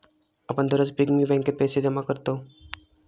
आपण दररोज पिग्गी बँकेत पैसे जमा करतव